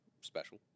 special